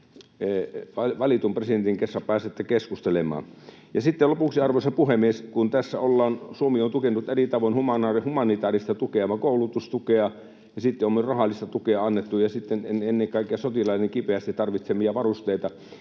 valitun presidentin kanssa pääsette keskustelemaan. Sitten lopuksi: Arvoisa puhemies! Kun Suomi on eri tavoin tukenut, humanitääristä tukea ja koulutustukea ja sitten myös rahallista tukea on annettu, ja ennen kaikkea sotilaiden kipeästi tarvitsemia varusteita,